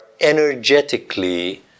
energetically